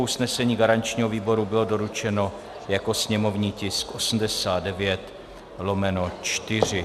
Usnesení garančního výboru bylo doručeno jako sněmovní tisk 89/4.